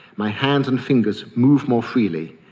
my hands and fingers move more freely.